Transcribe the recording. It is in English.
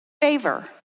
favor